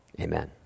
Amen